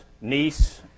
niece